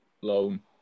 loan